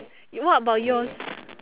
what about yours